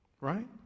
Right